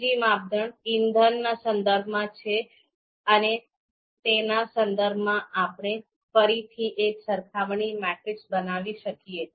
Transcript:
ત્રીજી માપદંડ ઇંધણ ના સંદર્ભ માં છે અને તેના સંદર્ભમાં આપણે ફરીથી એક સરખામણી મેટ્રિક્સ બનાવી શકીએ